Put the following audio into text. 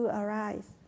arise